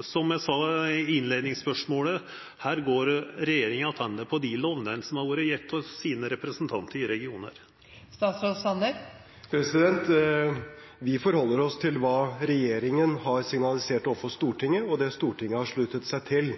Som eg sa i innleiingsspørsmålet: Her går regjeringa attende på dei lovnadene som vart gjevne av deira representantar i denne regionen. Vi forholder oss til hva regjeringen har signalisert overfor Stortinget, og det Stortinget har sluttet seg til.